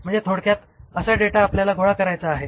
म्हणजे थोडक्यात असा सगळा डेटा आपल्याला गोळा करायचा आहे